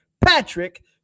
patrick